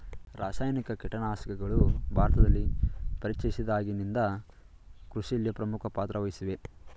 ರಾಸಾಯನಿಕ ಕೀಟನಾಶಕಗಳು ಭಾರತದಲ್ಲಿ ಪರಿಚಯಿಸಿದಾಗಿನಿಂದ ಕೃಷಿಯಲ್ಲಿ ಪ್ರಮುಖ ಪಾತ್ರ ವಹಿಸಿವೆ